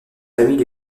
familles